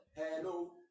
Hello